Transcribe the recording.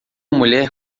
mulher